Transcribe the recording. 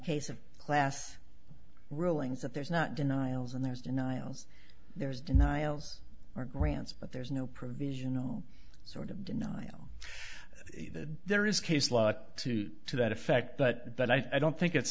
case of class rulings that there's not denials and there's denials there's denials or grants but there's no provision no sort of denial that there is case law to to that effect but i don't think it's